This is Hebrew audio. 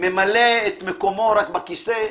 שממלא את מקומו רק בכיסא,